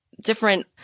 different